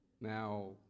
Now